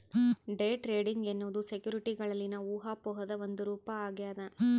day trading ಎನ್ನುವುದು ಸೆಕ್ಯುರಿಟಿಗಳಲ್ಲಿನ ಊಹಾಪೋಹದ ಒಂದು ರೂಪ ಆಗ್ಯದ